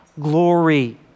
glory